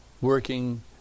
working